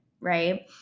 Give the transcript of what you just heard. right